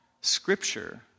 Scripture